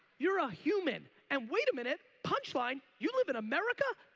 you're a human and wait a minute, punchline, you live in a america.